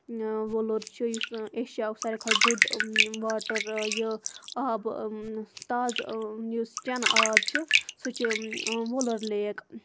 وولُر چھُ یُس ایشیاہُک سارور کھۄتہٕ بوٚڈ واٹَر یہِ آبہٕ تازٕ یُس چَنہٕ آب چھُ سُہ چھُ وُلُر لیک